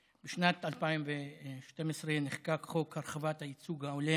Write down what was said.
בשנת 2012 נחקק חוק הרחבת הייצוג הולם